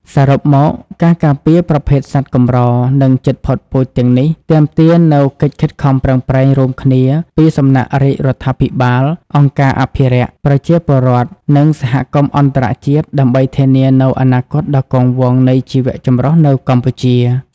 សរុបមក ការការពារប្រភេទសត្វកម្រ និងជិតផុតពូជទាំងនេះទាមទារនូវកិច្ចខិតខំប្រឹងប្រែងរួមគ្នាពីសំណាក់រាជរដ្ឋាភិបាល អង្គការអភិរក្ស ប្រជាពលរដ្ឋ និងសហគមន៍អន្តរជាតិ ដើម្បីធានានូវអនាគតដ៏គង់វង្សនៃជីវៈចម្រុះនៅកម្ពុជា។